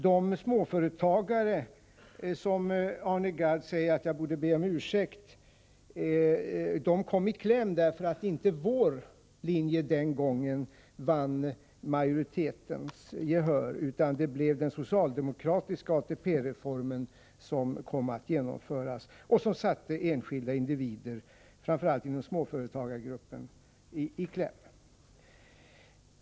De småföretagare som Arne Gadd säger att jag borde be om ursäkt kom i kläm därför att inte vår linje den gången vann majoritetens gehör utan det blev den socialdemokratiska ATP-reformen som kom att genomföras. Den satte enskilda individer, framför allt inom småföretagargruppen, i kläm.